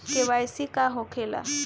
KYC का होखेला?